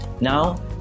Now